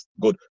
good